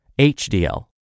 HDL